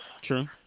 True